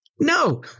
No